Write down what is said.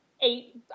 eight